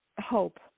hope